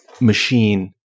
machine